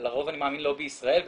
לרוב אני מאמין לא בישראל,